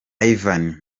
ivan